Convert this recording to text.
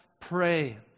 pray